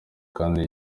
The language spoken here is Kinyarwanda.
kandi